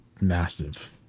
massive